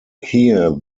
here